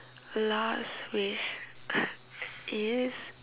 last wish is